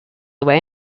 way